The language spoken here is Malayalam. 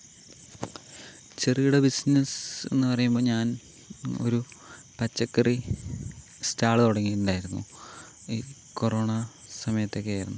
ചെറുകിട ബിസിനസ്സ് എന്നു പറയുമ്പോൾ ഞാൻ ഒരു പച്ചക്കറി സ്റ്റാൾ തുടങ്ങിയിട്ടുണ്ടായിരുന്നു ഈ കൊറോണ സമയത്തൊക്കെ ആയിരുന്നു